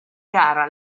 gara